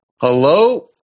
hello